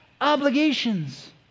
obligations